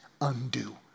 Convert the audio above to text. undo